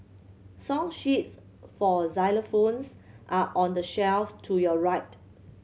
song sheets for xylophones are on the shelf to your right